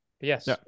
Yes